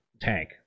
tank